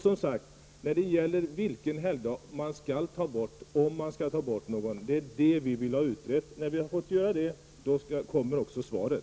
Vilken helgdag man skall ta bort, om man skall ta bort någon, är vad vi vill ha utrett. När vi har fått göra det kommer också svaret.